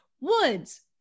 woods